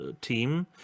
team